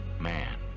man